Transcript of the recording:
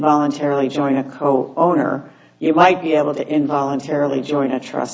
voluntarily join a co owner you might be able to involuntarily join a trust